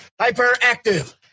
hyperactive